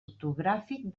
ortogràfic